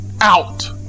out